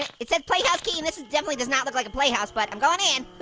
it says playhouse key and this is definitely, does not look like a playhouse but i'm going in!